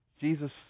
Jesus